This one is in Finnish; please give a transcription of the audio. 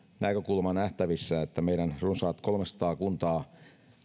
näkökulma nähtävissä että meidän runsaat kolmesataa kuntaa